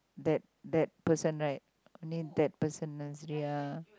that that person right only that person